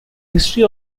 history